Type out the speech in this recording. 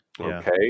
Okay